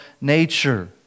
nature